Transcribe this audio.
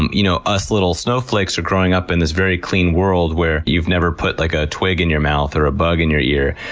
um you know, us little snowflakes are growing up in this very clean world where you've never put, like, a twig in your mouth or a bug in your ear.